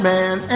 Man